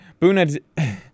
Buna